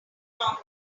wrong